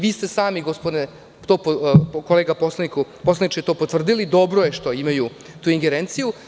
Vi ste i sami, gospodine, kolega poslaniče, to potvrdili – dobro je što imaju tu ingerenciju.